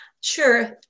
Sure